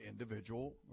individual